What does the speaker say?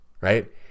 right